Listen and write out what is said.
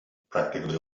practically